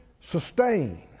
Sustain